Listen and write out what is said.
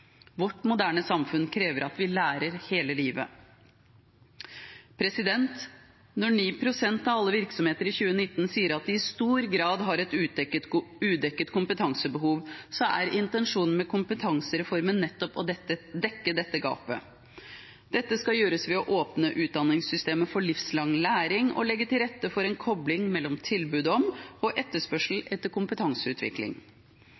Vårt moderne samfunn krever at vi lærer hele livet. Når 9 pst. av alle virksomheter i 2019 sier at de i stor grad har et udekket kompetansebehov, er intensjonen med kompetansereformen nettopp å dekke dette gapet. Dette skal gjøres ved å åpne utdanningssystemet for livslang læring og legge til rette for en kobling mellom tilbud om og